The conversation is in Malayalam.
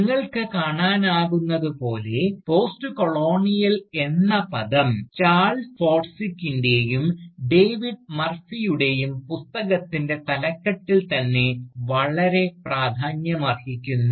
നിങ്ങൾക്ക് കാണാനാകുന്നതുപോലെ പോസ്റ്റ്കൊളോണിയൽ എന്ന പദം ചാൾസ് ഫോർസ്ഡിക്കിൻറെയും ഡേവിഡ് മർഫിയുടെയും പുസ്തകത്തിൻറെ തലക്കെട്ടിൽ തന്നെ വളരെ പ്രാധാന്യമർഹിക്കുന്നു